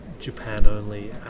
Japan-only